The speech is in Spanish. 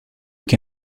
que